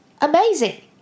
amazing